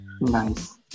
Nice